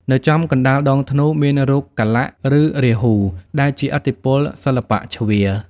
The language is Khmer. នៅចំកណ្តាលដងធ្នូ មានរូបកាលៈ ឬរាហូ ដែលជាឥទ្ធិពលសិល្បៈជ្វា។